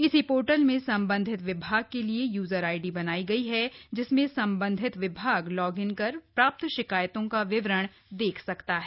इसी पोर्टल में संबधित विभाग के लिए यूजर आईडी बनायी गयी हैं जिसमें संबंधित विभाग लाग इन कर प्राप्त शिकायतों का विवरण देख सकता है